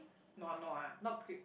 nua nua not cri~